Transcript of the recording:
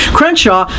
Crenshaw